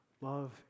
Love